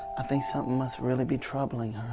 i think something must really be troubling